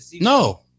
No